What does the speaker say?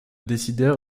décideur